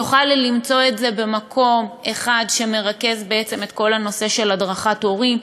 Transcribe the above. יוכל למצוא את זה במקום אחד שמרכז בעצם את כל הנושא של הדרכת הורים.